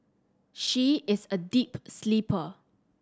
she is a deep sleeper